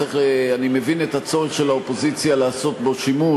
אני מבין את הצורך של האופוזיציה לעשות בו שימוש,